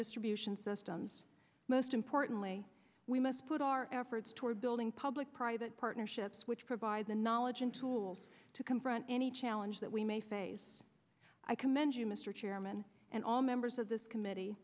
distribution systems most importantly we must put our efforts toward building public private partnerships which provide the knowledge and tools to confront any challenge that we may face i commend you mr chairman and all members of this committee